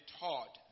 taught